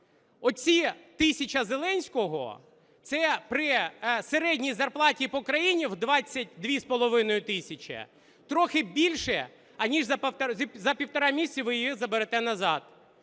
Оця тисяча Зеленського – це при середній зарплаті по країні в 22,5 тисячі трохи більше аніж за півтора місяця ви її заберете назад.